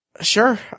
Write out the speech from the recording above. sure